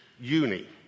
uni